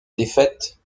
défaite